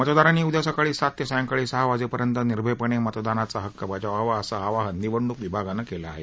मतदारांनी उद्या सकाळी सात ते सायंकाळी सहा वाजेपर्यंत निर्भयपणे मतदानाचा हक्क बजावावा असं आवाहन निवडणूक विभागानं केलं आहे